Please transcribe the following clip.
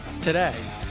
Today